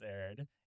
aired